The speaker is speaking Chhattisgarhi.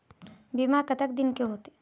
बीमा कतक दिन के होते?